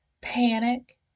panic